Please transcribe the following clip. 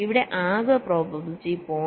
അതിനാൽ ഇവിടെ ആകെ പ്രോബബിലിറ്റി 0